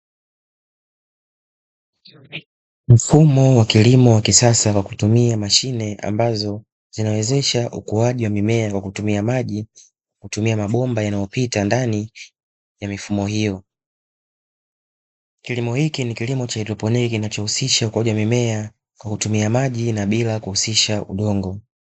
Mfumo wa kilimo cha kisasa kwa kutumia mashine ambazo zinawezesha ukuaji wa mimea kwa kutumia maji, kwa kutumia mabomba yanayopita ndani ya mifumo hiyo. Kilimo hiki ni kilimo cha haidroponi kinachohusisha ukuaji wa mimea, kwa kutumia maji na bila kuhusisha udongo.